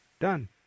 done